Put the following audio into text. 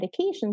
medications